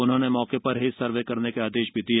उन्होंने मौके र ही सर्वे करने के आदेश भी दिए